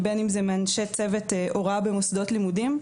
ובין אם זה מאנשי צוות הוראה במוסדות לימודים.